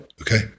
okay